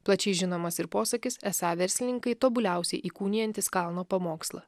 plačiai žinomas ir posakis esą verslininkai tobuliausiai įkūnijantys kalno pamokslą